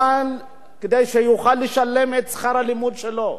כדי שיוכל לשלם את שכר הלימוד שלו,